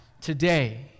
today